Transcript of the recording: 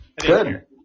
Good